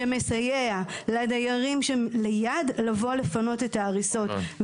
שמסייע לדיירים שליד לבוא לפנות את ההריסות.